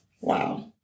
wow